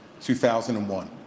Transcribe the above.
2001